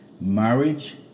Marriage